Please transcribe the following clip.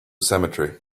cemetery